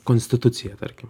konstitucija tarkim